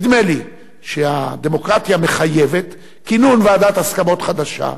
נדמה לי שהדמוקרטיה מחייבת כינון ועדת הסכמות חדשה,